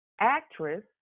Actress